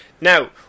now